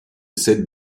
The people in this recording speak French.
cette